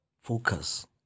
focus